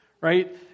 Right